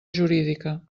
jurídica